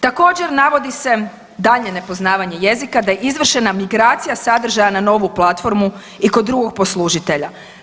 Također navodi se daljnje nepoznavanje jezika kada je izvršena migracija sadržaja na novu platformu i kod drugog poslužitelja.